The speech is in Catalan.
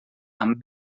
amb